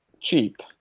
cheap